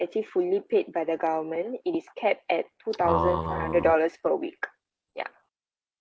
actually fully paid by the government it is capped at two thousand five hundred dollars a week ya